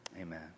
Amen